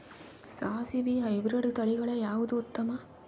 ಸಾಸಿವಿ ಹೈಬ್ರಿಡ್ ತಳಿಗಳ ಯಾವದು ಉತ್ತಮ?